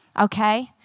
okay